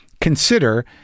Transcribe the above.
consider